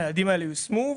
היעדים האלה יושמו,